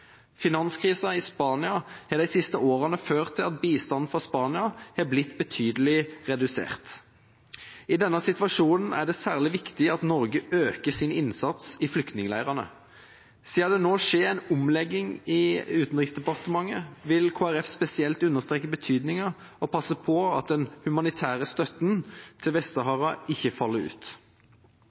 i Spania har de siste årene ført til at bistanden fra Spania har blitt betydelig redusert. I denne situasjonen er det særlig viktig at Norge øker sin innsats i flyktningleirene. Siden det nå skjer en omlegging i Utenriksdepartementet, vil Kristelig Folkeparti spesielt understreke betydningen av å passe på at den humanitære støtten til Vest-Sahara ikke faller ut.